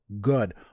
good